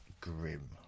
grim